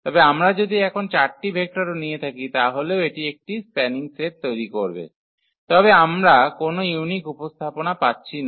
তবে আমরা যদি এখন 4 টি ভেক্টরও নিয়ে থাকি তাহলেও এটি একটি স্প্যানিং সেট তৈরি করবে তবে আমরা কোনও ইউনিক উপস্থাপনা পাচ্ছি না